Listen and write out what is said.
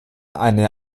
eine